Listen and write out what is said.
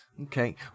Okay